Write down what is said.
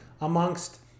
amongst